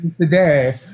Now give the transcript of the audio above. Today